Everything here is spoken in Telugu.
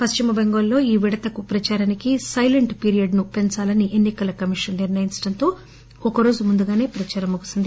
పశ్చిమ బెంగాల్లో ఈ విడతకు ప్రచారానికి సైలెంట్ పీరియడ్ను పెంచాలని ఎన్ని కల కమీషన్ నిర్ణయించటంతో ఒకరోజు ముందుగానే ప్రచారం ముగిసింది